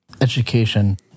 education